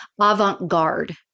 avant-garde